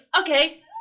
okay